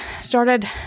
started